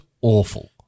awful